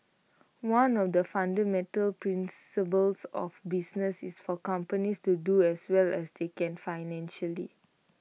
one of the fundamental principles of business is for companies to do as well as they can financially